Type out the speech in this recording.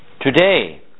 Today